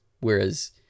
Whereas